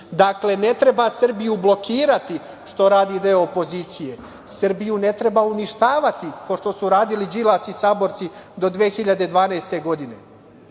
Dakle, ne treba Srbiju blokirati, što radi deo opozicije. Srbiju ne treba uništavati kao što su radili Đilas i saborci do 2012. godine.